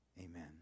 Amen